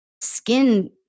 skin